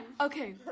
Okay